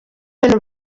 ibintu